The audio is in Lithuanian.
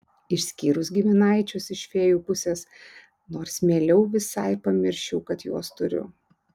išskyrus giminaičius iš fėjų pusės nors mieliau visai pamirščiau kad juos turiu